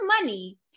money